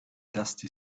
dusty